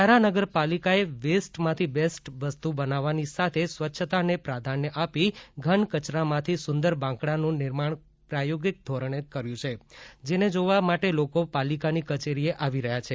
વ્યારા નગર પાલિકા એ વેસ્ટ માંથી બેસ્ટ વસ્તુ બનાવવાની સાથે સ્વચ્છતા ને પ્રાધાન્ય આપી ઘન કચરા માંથી સુંદર બાકડાનું નિર્માણ પ્રયોગિક ધોરણે કર્યું છે જેને જોવા માટે લોકો પાલિકાની કચેરીએ આવી રહ્યા છે